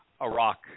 Iraq